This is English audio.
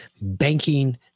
banking